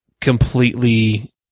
completely